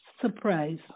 surprise